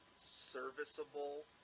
serviceable